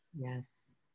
Yes